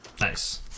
Nice